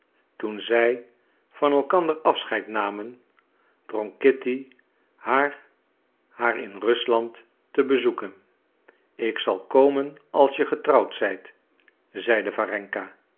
toen zij van elkander afscheid namen drong kitty haar haar in rusland te bezoeken ik zal komen als je getrouwd zijt zeide warenka